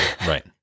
Right